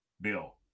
bill